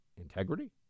integrity